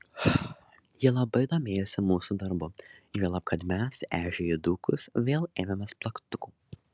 ji labai domėjosi mūsų darbu juolab kad mes ežiui įdūkus vėl ėmėmės plaktukų